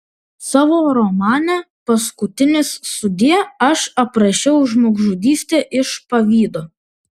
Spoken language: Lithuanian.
savo romane paskutinis sudie aš aprašiau žmogžudystę iš pavydo